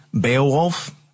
Beowulf